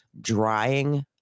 Drying